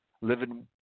living